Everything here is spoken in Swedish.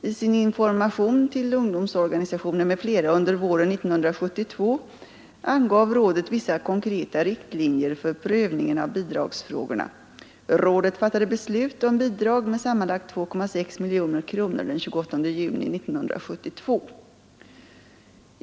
I sin information till ungdomsorganisationer m.fl. under våren 1972 angav rådet vissa konkreta riktlinjer för prövningen av bidragsfrågorna. Rådet fattade beslut om bidrag med sammanlagt 2,6 miljoner kronor den 28 juni 1972.